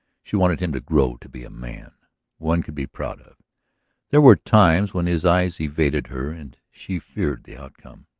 she wanted him to grow to be a man one could be proud of there were times when his eyes evaded her and she feared the outcome.